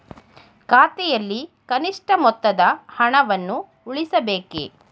ಖಾತೆಯಲ್ಲಿ ಕನಿಷ್ಠ ಮೊತ್ತದ ಹಣವನ್ನು ಉಳಿಸಬೇಕೇ?